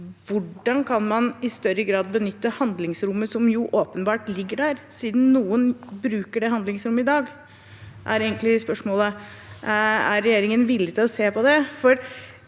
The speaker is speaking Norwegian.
hvordan man i større grad kan benytte handlingsrommet som åpenbart ligger der, siden noen bruker det i dag. Er regjeringen villig til å se på det?